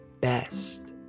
best